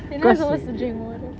you're not supposed to drink water